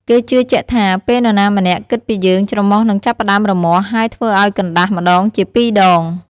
គេជឿជាក់ថា ពេលនរណាម្នាក់គិតពីយើង ច្រមុះនឹងចាប់ផ្ដើមរមាស់ ហើយធ្វើឱ្យកណ្តាស់ម្តងជាពីរដង។